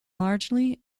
largely